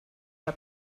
der